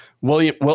William